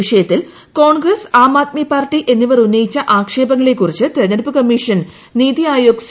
വിഷയത്തിൽ കോൺഗ്രസ് ആം ആദ്മി പാർട്ടി എന്നിവർ ഉന്നയിച്ച ആക്ഷേപങ്ങളെക്കുറിച്ച് തെരഞ്ഞെടുപ്പ് കമ്മീഷൻ നീതി അയോഗ് സി